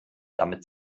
damit